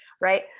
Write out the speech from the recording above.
right